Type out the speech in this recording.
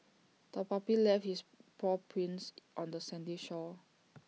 the puppy left its paw prints on the sandy shore